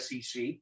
SEC